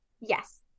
Yes